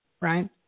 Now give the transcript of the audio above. right